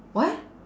what